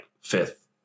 fifth